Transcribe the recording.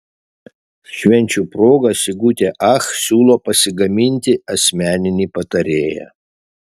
švenčių proga sigutė ach siūlo pasigaminti asmeninį patarėją